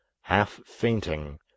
half-fainting